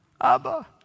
Abba